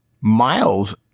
miles